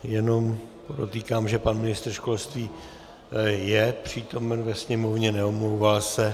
Jenom podotýkám, že pan ministr školství je přítomen ve sněmovně, neomlouvá se.